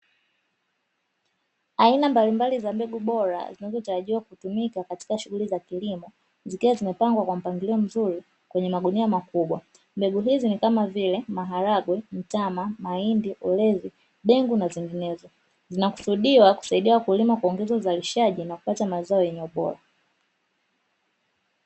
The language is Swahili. Aina mbalimbali za mbegu bora zinazotarijiwa kutumika katika shughuli za kilimo, zikiwa zimepangwa kwa mpangilio mzuri kwenye magunia makubwa. Mbegu hizi ni kama vile; maharage, mtama, mahindi, ulezi, dengu na zinginezo zinakusudiwa kuwasaidia wakulima kuongeza uzalishaji na kupata mazai yenye ubora.